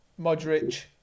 Modric